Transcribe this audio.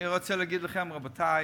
אני רוצה להגיד לכם, רבותי,